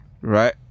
Right